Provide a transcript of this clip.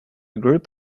group